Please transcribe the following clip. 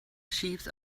chiefs